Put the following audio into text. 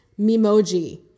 memoji